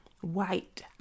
white